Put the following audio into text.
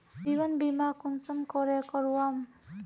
जीवन बीमा कुंसम करे करवाम?